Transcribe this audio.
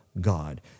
God